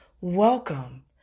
Welcome